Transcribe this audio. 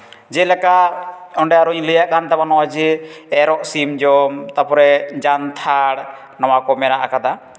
ᱡᱮᱞᱮᱠᱟ ᱚᱸᱰᱮ ᱟᱨᱚᱧ ᱞᱟᱹᱭᱟᱜ ᱠᱟᱱ ᱛᱟᱵᱚᱱᱟ ᱡᱮ ᱮᱨᱚᱜ ᱥᱤᱢ ᱡᱚᱢ ᱛᱟᱨᱯᱚᱨᱮ ᱡᱟᱱᱛᱷᱟᱲ ᱱᱚᱣᱟ ᱠᱚ ᱢᱮᱱᱟᱜ ᱠᱟᱫᱟ